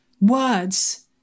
words